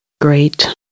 Great